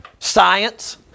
Science